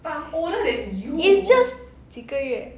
it's just 几个月